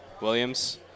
Williams